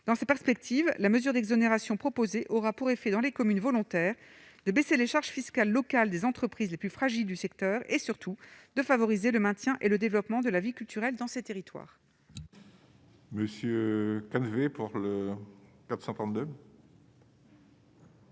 dans ses perspectives, la mesure d'exonération proposée aura pour effet, dans les communes volontaires de baisser les charges fiscales locales, des entreprises les plus fragiles du secteur et surtout de favoriser le maintien et le développement de la vie culturelle dans ces territoires.